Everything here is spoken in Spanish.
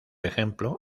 ejemplo